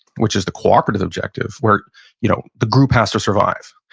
which is the cooperative objective where you know the group has to survive.